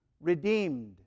redeemed